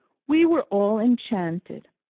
we were all enchanted.